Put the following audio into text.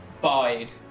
bide